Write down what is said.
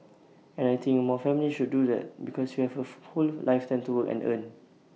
and I think more families should do that because you have A full whole lifetime to work and earn